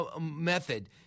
method